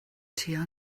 tua